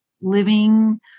living